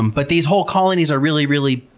um but these whole colonies are really, really,